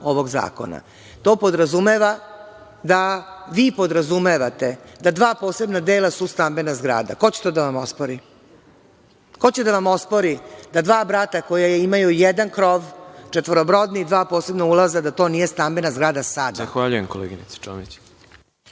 To podrazumeva da vi podrazumevate da dva posebna dela su stambena zgrada. Ko će to da vam ospori? Ko će da vam ospori da dva brata koja imaju jedan krov, četvorobrodni, dva posebna ulaza da to nije stambena zgrada? **Đorđe Milićević**